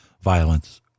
violence